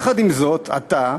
יחד עם זאת, עתה,